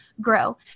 grow